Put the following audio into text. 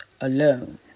alone